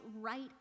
right